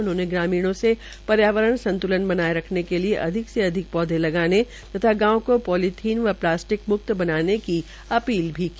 उन्होंने ग्रामीणों से पर्यावरण संतुलन बनाये रखने के लिए अधिक से अधिक पौधे लगाने तथा गांव को पोलीथीन व प्लस्टिक मुक्त बनाने की अपील भी की